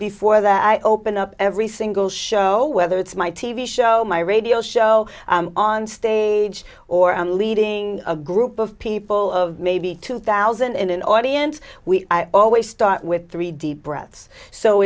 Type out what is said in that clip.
before that i open up every single show whether it's my t v show my radio show on stage or on leading a group of people of maybe two thousand in an audience we always start with three deep breaths so